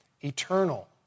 eternal